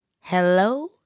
Hello